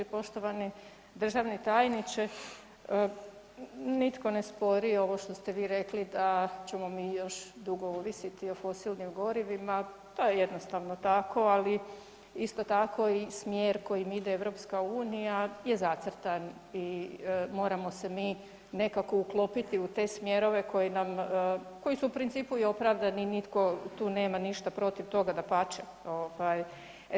Poštovani državni tajniče, nitko ne spori ovo što ste vi rekli da ćemo mi još dugo ovisiti o fosilnim gorivima, to je jednostavno tako, ali isto tako i smjer kojim ide EU je zacrtan i moramo se mi nekako uklopiti u te smjerove koje nam, koji su u principu i opravdani i nitko tu nema ništa protiv toga, dapače ovaj.